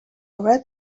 red